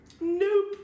Nope